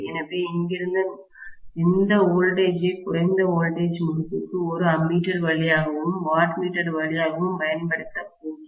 எனவே இங்கிருந்து நான் இந்த வோல்டேஜ் ஐ குறைந்த வோல்டேஜ் முறுக்குக்கு ஒரு அம்மீட்டர் வழியாகவும் வாட்மீட்டர் வழியாகவும் பயன்படுத்தப் போகிறேன்